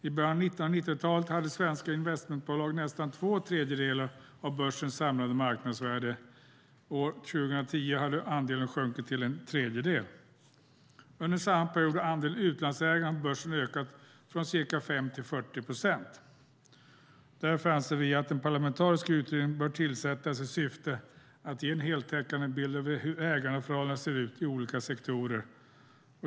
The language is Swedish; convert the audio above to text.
I början av 1990-talet hade svenska investmentbolag nästan två tredjedelar av börsens samlade marknadsvärde. År 2010 hade andelen sjunkit till en tredjedel. Under samma period har andelen utlandsägande på börsen ökat från ca 5 procent till 40 procent. Därför anser vi att en parlamentarisk utredning bör tillsättas i syfte att ge en heltäckande bild av hur ägarförhållandena ser ut i olika sektorer.